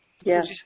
Yes